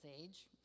age